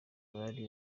bari